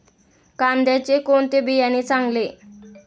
कांद्याचे कोणते बियाणे चांगले?